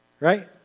right